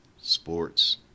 sports